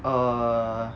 err